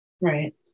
Right